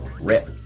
Rip